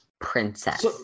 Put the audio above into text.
Princess